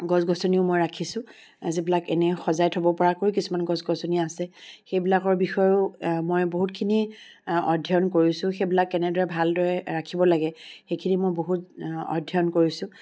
গছ গছনিও মই ৰাখিছো যিবিলাক এনে সজাই থ'ব পৰাকৈ কিছুমান গছ গছনি আছে সেইবিলাকৰ বিষয়েও মই বহুতখিনি অধ্যয়ন কৰিছো সেইবিলাক কেনেদৰে ভালদৰে ৰাখিব লাগে সেইখিনি মই বহুত অধ্যয়ন কৰিছোঁ